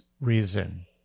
reason